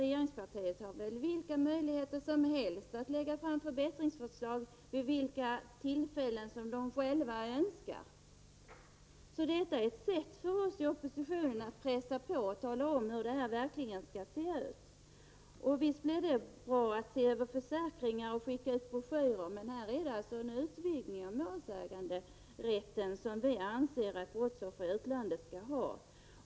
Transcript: Regeringspartiet har väl vilka möjligheter som helst att lägga fram förbättringsförslag vid de tillfällen som de själva önskar. Detta är ett sätt för oss i oppositionen att pressa på och tala om hur detta verkligen skall se ut. Visst är det bra att se över försäkringar och skicka ut broschyrer, men det är en utvidgning av målsäganderätten som vi anser att brottsoffer i utlandet skall ha.